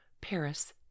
Paris